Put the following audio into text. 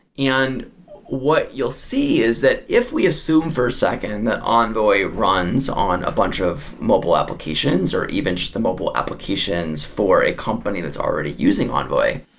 yeah and what you'll see is that if we assume for a second that envoy runs on a bunch of mobile applications or even just the mobile applications for a company that's already using envoy.